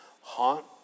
haunt